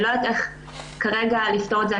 אני לא יודעת איך כרגע לפתור את זה.